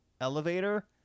elevator